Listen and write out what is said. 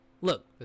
look